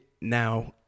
now